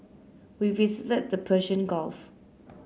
we visited the Persian Gulf